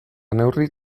neurri